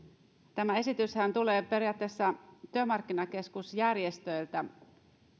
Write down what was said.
tämä esityshän tulee periaatteessa työmarkkinakeskusjärjestöiltä